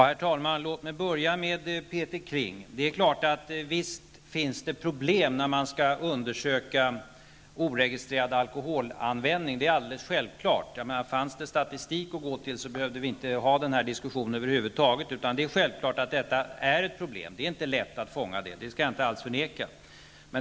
Herr talman! Låt mig börja med det som Peter Kling sade. Visst finns det problem när man skall undersöka oregistrerad alkoholanvändning, det är alldeles självklart. Om det fanns statistik att gå till behövde vi över huvud taget inte ha denna diskussion, utan det är självklart att det är ett problem. Det är inte lätt att fånga det, det skall jag inte förneka.